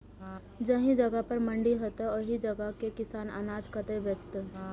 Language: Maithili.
जाहि जगह पर मंडी हैते आ ओहि जगह के किसान अनाज कतय बेचते?